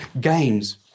games